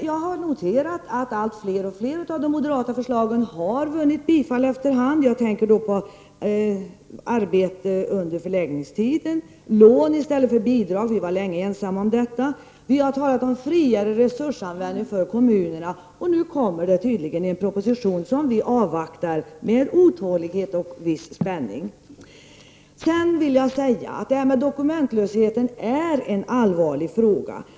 Jag har noterat att fler och fler av de moderata förslagen efter hand har slagen om arbete under förläggningstiden vunnit bifall. Jag tänker då på fö och lån i stället för bidrag — vi var ganska ensamma om det. Vi har talat om friare resursanvändning för kommunerna, och nu kommer det tydligen en proposition, som vi avvaktar med otålighet och viss spänning. Jag påstår att dokumentlösheten är en allvarlig fråga.